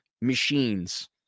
machines